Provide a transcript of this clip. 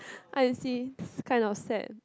I see this is kind of sad